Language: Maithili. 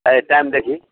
एहि टाइम देखही